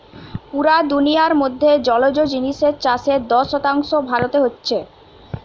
পুরা দুনিয়ার মধ্যে জলজ জিনিসের চাষের দশ শতাংশ ভারতে হচ্ছে